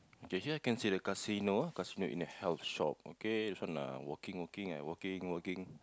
K here can see the casino ah casino in the health shop okay this one uh working working and working working